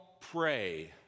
pray